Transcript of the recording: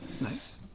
Nice